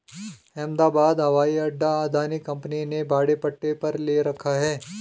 अहमदाबाद हवाई अड्डा अदानी कंपनी ने भाड़े पट्टे पर ले रखा है